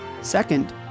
Second